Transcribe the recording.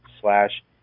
slash